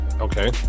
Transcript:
Okay